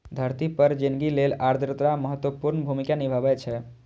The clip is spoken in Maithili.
धरती पर जिनगी लेल आर्द्रता महत्वपूर्ण भूमिका निभाबै छै